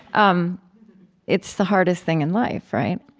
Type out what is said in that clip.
um it's the hardest thing in life, right?